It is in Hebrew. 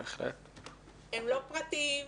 הם לא פרטיים,